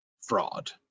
fraud